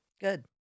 Good